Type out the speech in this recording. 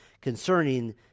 concerning